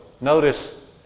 notice